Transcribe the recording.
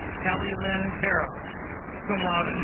kelly lin para cum laude ah